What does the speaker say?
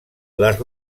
les